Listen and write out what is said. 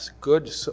good